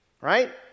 right